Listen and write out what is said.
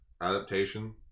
adaptation